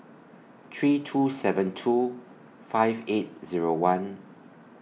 three two seven two five eight Zero one